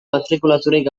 matrikulaturik